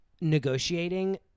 Negotiating